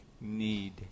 need